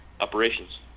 operations